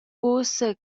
ussa